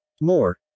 More